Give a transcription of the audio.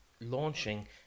launching